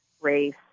race